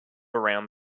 around